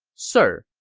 sir,